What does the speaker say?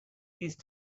these